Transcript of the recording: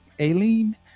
Aileen